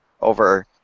over